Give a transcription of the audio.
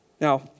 Now